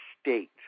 state